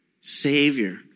Savior